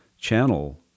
channel